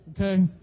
Okay